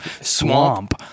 Swamp